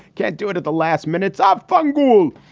can't do it at the last minutes of fungo.